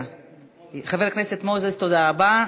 חבר הכנסת מוזס, תודה רבה.